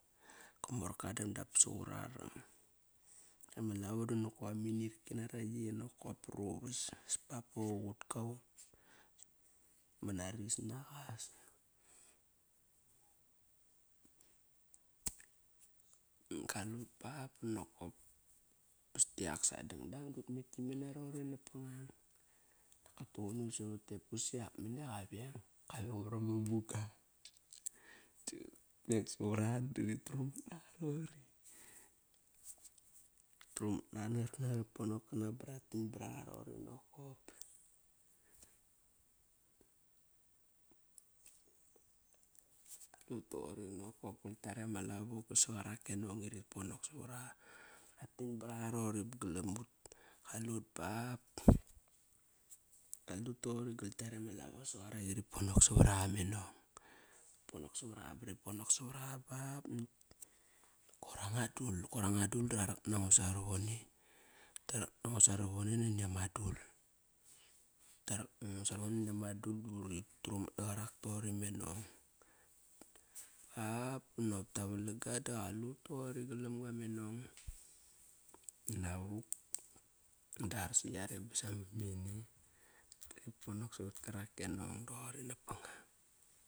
Kam morkodang dap sangura rang. Ma lavo da nokop ama iniki nara yi nokop paru vas. As ba ba qaqut kaung. Manaris naqas as. Kalut ba banokop pas diak sa dangdang dut met kim mena roqori napangang. Dap ka tuqun nut savat e pusi yak mene qa veng. Kaveng bar ama muga. Dut met savar aqa dut trumat naqa roqori. Utrumat naqa na qar kanga ma panok kana ba ba rat tan baraqa roqori nokp. Kalut toqori nokop gal tare ma lavo basa qarak e nong i riponok savor aqa. Ba rat tan baraqa roqori ba galamut. Qaliut bap. Qalut toqori gal tare ma lavo sa qarak iri ponok savar aqa me nong. Ri ponok savor aqa, bari ponok savar aqa bap nakt koir anga dul. Koir anga dul da rarak nango sarovone. Tarak nango sarovone nani ama dul buri trumat naqarak toqori me nong. Ap banop ta valaga da qalut toqori galam ga me nong. Inavuk da ar sa karak e nong toqori napangang.